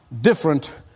different